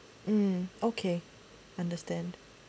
mm okay understand